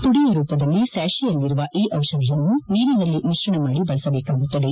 ಮಡಿಯ ರೂಪದಲ್ಲಿ ಸ್ಕಾಚೆಚ್ನಲ್ಲಿರುವ ಈ ದಿಷಧಿಯನ್ನು ನೀರಿನಲ್ಲಿ ಮಿಶ್ರಣ ಮಾಡಿ ಬಳಸಬೇಕಾಗುತ್ತದೆ